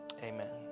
Amen